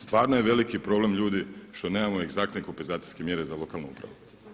Stvarno je veliki problem ljudi što nemamo egzaktne kompenzacijske mjere za lokalnu upravu.